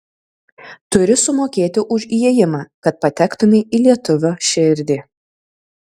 turi sumokėti už įėjimą kad patektumei į lietuvio širdį